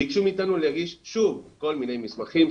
ביקשו מאתנו להגיש שוב כל מיני מסמכים,